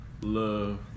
love